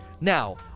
Now